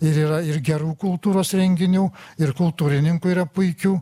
ir yra ir gerų kultūros renginių ir kultūrininkų yra puikių